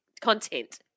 content